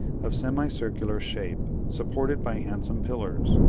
of semicircular shape, supported by handsome pillars.